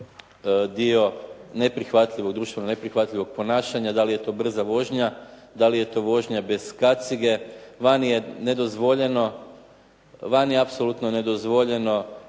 onaj dio društveno neprihvatljivog ponašanja. Da li je to brza vožnja, da li je to vožnja bez kacige? Vani je apsolutno nedozvoljeno